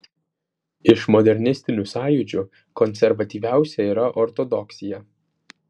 iš modernistinių sąjūdžių konservatyviausia yra ortodoksija